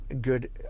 good